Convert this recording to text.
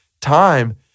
time